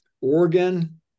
Oregon